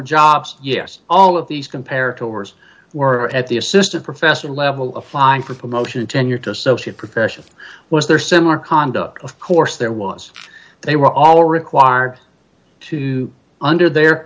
jobs yes all of these compare tours were at the assistant professor level of flying for promotion tenure to associate profession was there similar conduct of course there was they were all required to under their